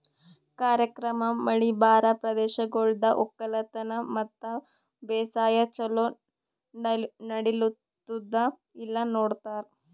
ಕಾರ್ಯಕ್ರಮ ಮಳಿ ಬರಾ ಪ್ರದೇಶಗೊಳ್ದಾಗ್ ಒಕ್ಕಲತನ ಮತ್ತ ಬೇಸಾಯ ಛಲೋ ನಡಿಲ್ಲುತ್ತುದ ಇಲ್ಲಾ ನೋಡ್ತಾರ್